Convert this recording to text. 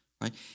right